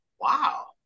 wow